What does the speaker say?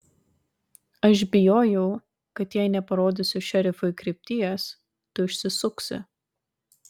aš bijojau kad jei neparodysiu šerifui krypties tu išsisuksi